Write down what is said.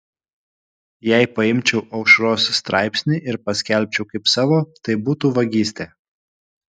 jei paimčiau aušros straipsnį ir paskelbčiau kaip savo tai būtų vagystė